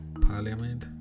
parliament